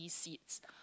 seats